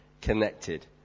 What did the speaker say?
connected